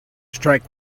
strike